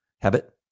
Habit